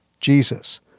Jesus